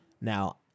now